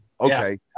Okay